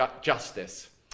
Justice